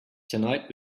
tonight